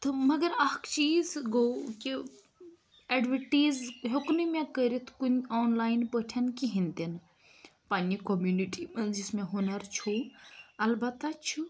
تہٕ مگر اَکھ چیٖز گوٚو کہِ ایٚڈوٲرٹیٖز ہیٚوک نہٕ مےٚ کٔرِتھ کُنہِ آنلاین پٲٹھۍ کِہیٖنۍ تہِ پنٛنہِ کوٚمنِٹی منٛز یُس مےٚ ہُنَر چھُ اَلبَتہ چھُ